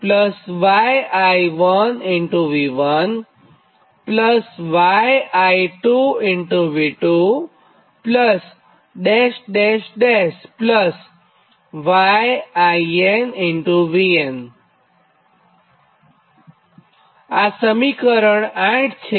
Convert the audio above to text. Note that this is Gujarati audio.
આ સમીકરણ 8 છે